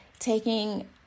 Taking